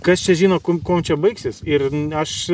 kas čia žino kur kuom čia baigsis ir aš